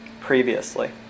previously